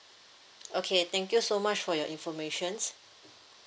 okay thank you so much for your informations